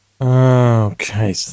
Okay